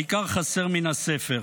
העיקר חסר מן הספר.